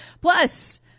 Plus